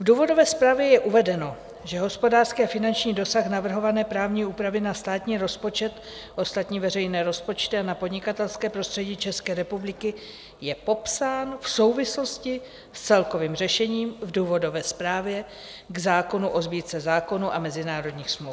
V důvodové zprávě je uvedeno, že hospodářský a finanční dosah navrhované právní úpravy na státní rozpočet a ostatní veřejné rozpočty a na podnikatelské prostředí České republiky je popsán v souvislosti s celkovým řešením v důvodové zprávě k zákonu o Sbírce zákonů a mezinárodních smluv.